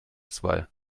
zwei